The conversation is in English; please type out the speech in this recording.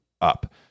up